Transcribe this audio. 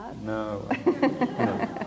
No